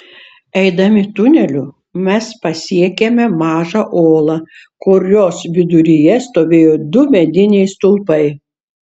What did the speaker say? eidami tuneliu mes pasiekėme mažą olą kurios viduryje stovėjo du mediniai stulpai